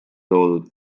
toodud